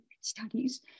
studies